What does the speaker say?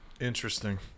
interesting